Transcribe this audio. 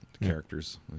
characters